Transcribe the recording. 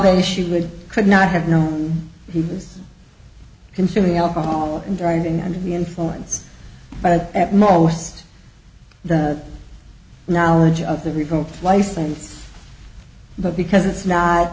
day she would could not have known he was consuming alcohol and driving under the influence but at most the knowledge of the revoked license but because it's not